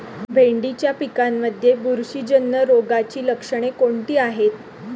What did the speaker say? भेंडीच्या पिकांमध्ये बुरशीजन्य रोगाची लक्षणे कोणती आहेत?